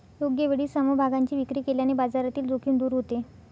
योग्य वेळी समभागांची विक्री केल्याने बाजारातील जोखीम दूर होते